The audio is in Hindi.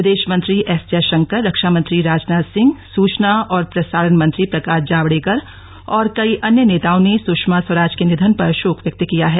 विदेश मंत्री एस जयशंकर रक्षामंत्री राजनाथ सिंह सूचना और प्रसारण मंत्री प्रकाश जावडेकर और कई अन्य नेताओं ने सुषमा स्वराज के निधन पर शोक व्यक्त किया है